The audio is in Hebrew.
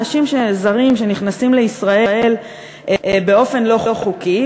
אנשים זרים שנכנסים לישראל באופן לא חוקי,